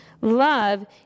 love